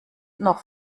noch